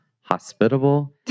hospitable